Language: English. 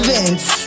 Vince